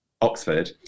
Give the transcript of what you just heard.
Oxford